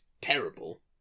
terrible